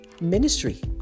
Ministry